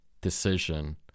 decision